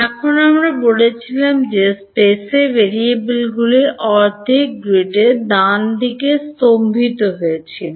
এখন আমরা বলেছিলাম যে স্পেসে ভেরিয়েবলগুলি অর্ধেক গ্রিড ডানদিকে স্তম্ভিত হয়েছিল